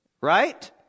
Right